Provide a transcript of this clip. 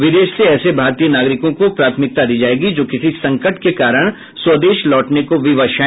विदेश से ऐसे भारतीय नागरिकों को प्राथमिकता दी जाएगी जो किसी संकट के कारण स्वदेश लौटने को विवश हैं